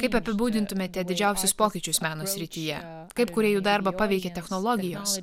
kaip apibūdintumėte didžiausius pokyčius meno srityje kaip kūrėjų darbą paveikė technologijos